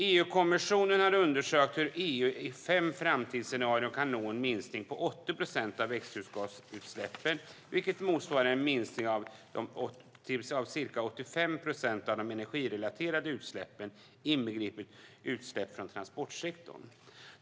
EU-kommissionen har undersökt hur EU i fem framtidsscenarier kan nå en minskning på 80 procent av växthusgasutsläppen, vilket motsvarar en minskning av ca 85 procent av de energirelaterade utsläppen inbegripet utsläpp från transportsektorn.